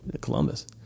Columbus